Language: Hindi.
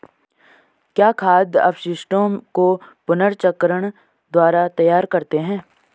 क्या खाद अपशिष्टों को पुनर्चक्रण द्वारा तैयार करते हैं?